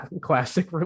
classic